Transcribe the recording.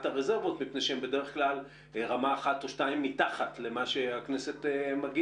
הרזרבות בגלל שהן בדרך כלל רמה אחת או שתיים מתחת למה שהכנסת מגיעה,